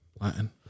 Latin